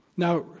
now,